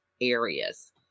areas